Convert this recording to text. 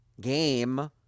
game